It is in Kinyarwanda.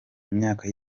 imyaka